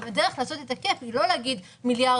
הדרך לעשות את הקאפ היא לא להגיד מיליארד